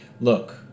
Look